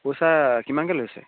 পইচা কিমানকৈ লৈছে